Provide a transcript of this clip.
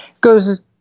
goes